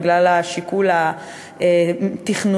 בגלל השיקול התכנוני,